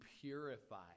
purify